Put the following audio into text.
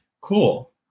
Cool